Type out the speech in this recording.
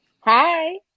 Hi